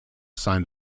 signed